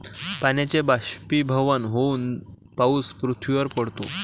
पाण्याचे बाष्पीभवन होऊन पाऊस पृथ्वीवर पडतो